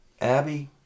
Abby